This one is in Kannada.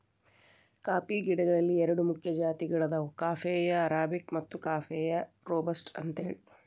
ಕಾಫಿ ಗಿಡಗಳಲ್ಲಿ ಎರಡು ಮುಖ್ಯ ಜಾತಿಗಳದಾವ ಕಾಫೇಯ ಅರಾಬಿಕ ಮತ್ತು ಕಾಫೇಯ ರೋಬಸ್ಟ ಅಂತೇಳಿ